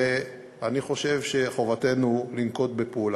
ואני חושב שחובתנו לנקוט פעולה.